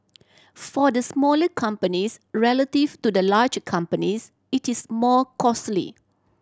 for the smaller companies relative to the large companies it is more costly